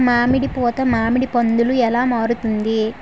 మామిడి పూత మామిడి పందుల ఎలా మారుతుంది?